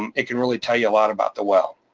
um it can really tell you a lot about the well.